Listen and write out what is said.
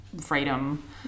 freedom